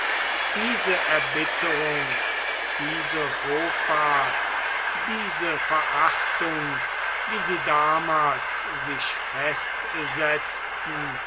diese erbitterung diese hoffart diese verachtung wie sie damals sich festsetzten